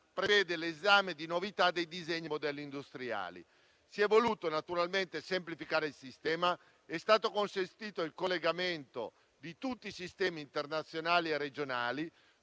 prevede l'esame di novità dei disegni e modelli industriali. Si è voluto naturalmente semplificare il sistema ed è stato consentito il collegamento di tutti i sistemi internazionali e regionali.